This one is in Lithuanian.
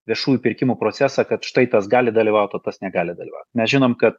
viešųjų pirkimų procesą kad štai tas gali dalyvaut o tas negali dalyvaut mes žinom kad